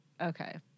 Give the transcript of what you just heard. Okay